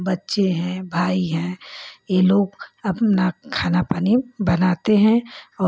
बच्चे हैं भाई हैं ये लोग अपना खाना पानी बनाते हैं और